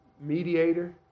mediator